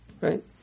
right